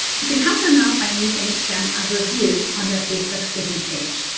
you can help them out by leaving them a review on their facebook business page.